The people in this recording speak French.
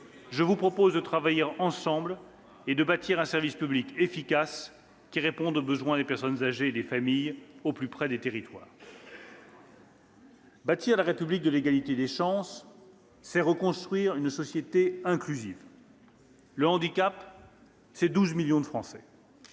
je vous propose de travailler ensemble et de bâtir un service public efficace, qui réponde aux besoins des personnes âgées et des familles, au plus près des territoires. « Bâtir la République de l'égalité des chances, c'est reconstruire une société inclusive. « Le handicap, c'est 12 millions de Français.